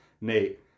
Nate